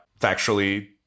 factually